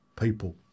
people